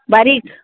बारीक